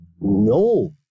no